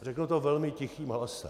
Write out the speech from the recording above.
Řeknu to velmi tichým hlasem.